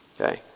Okay